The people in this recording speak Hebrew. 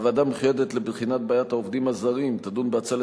הוועדה המיוחדת לבחינת בעיית העובדים הזרים תדון בהצעה